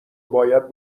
باید